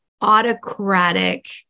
autocratic